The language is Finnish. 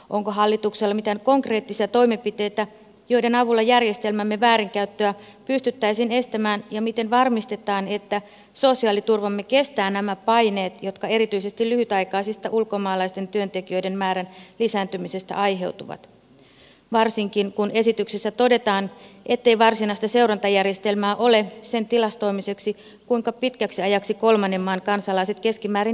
onko hallituksella mitään konkreettisia toimenpiteitä joiden avulla järjestelmämme väärinkäyttöä pystyttäisiin estämään ja miten varmistetaan että sosiaaliturvamme kestää nämä paineet jotka erityisesti lyhytaikaisten ulkomaalaisten työntekijöiden määrän lisääntymisestä aiheutuvat varsinkin kun esityksessä todetaan ettei varsinaista seurantajärjestelmää ole sen tilastoimiseksi kuinka pitkäksi ajaksi kolmannen maan kansalaiset keskimäärin jäävät maahan